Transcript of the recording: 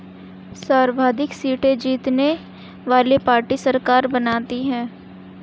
सर्वाधिक सीटें जीतने वाली पार्टी सरकार बनाती है